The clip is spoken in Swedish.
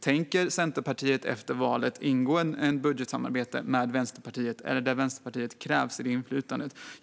Tänker Centerpartiet efter valet ingå ett budgetsamarbete med Vänsterpartiet eller ett samarbete där Vänsterpartiets inflytande krävs?